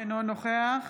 אינו נוכח